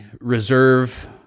reserve